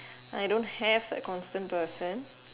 I don't have a constant person